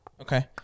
Okay